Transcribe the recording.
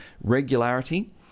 regularity